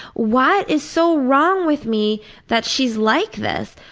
what is so wrong with me that she's like this!